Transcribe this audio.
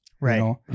right